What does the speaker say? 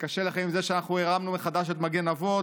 וקשה לכם עם זה שאנחנו הרמנו מחדש את מגן אבות.